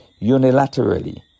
unilaterally